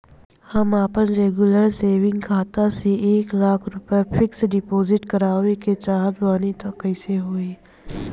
हम आपन regular saving खाता से एक लाख रुपया फिक्स डिपॉज़िट करवावे के चाहत बानी त कैसे होई?